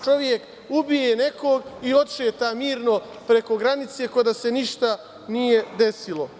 Čovek ubije nekog i odšeta mirno preko granice, kao da se ništa nije desilo.